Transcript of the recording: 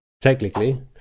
technically